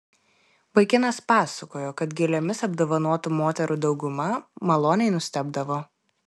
vaikinas pasakojo kad gėlėmis apdovanotų moterų dauguma maloniai nustebdavo